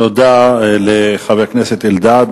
תודה לחבר הכנסת אלדד.